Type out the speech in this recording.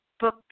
book